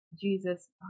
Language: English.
Jesus